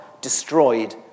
destroyed